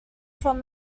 from